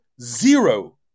zero